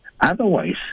otherwise